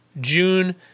June